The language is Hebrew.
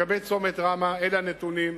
לגבי צומת ראמה, אלה הנתונים: